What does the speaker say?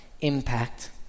impact